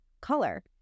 color